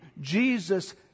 Jesus